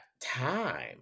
time